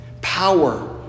power